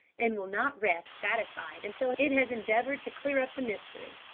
and will not rest satisfied until it has endeavoured to clear up the mystery.